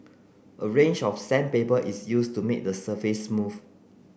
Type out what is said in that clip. a range of sandpaper is used to make the surface smooth